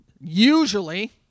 Usually